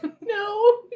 no